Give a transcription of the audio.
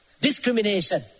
Discrimination